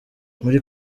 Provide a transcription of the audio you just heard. muri